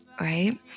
right